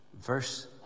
Verse